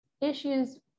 issues